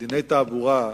בדיני תעבורה,